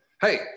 hey